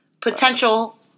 Potential